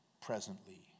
presently